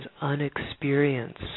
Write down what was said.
unexperienced